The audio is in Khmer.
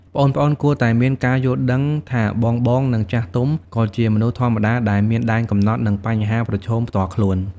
ប្អូនៗគួរតែមាន ការយល់ដឹងថាបងៗ និងចាស់ទុំក៏ជាមនុស្សធម្មតាដែលមានដែនកំណត់ និងបញ្ហាប្រឈមផ្ទាល់ខ្លួន។